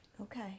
Okay